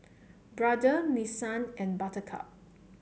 Brother Nissan and Buttercup